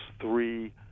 three